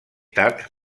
tard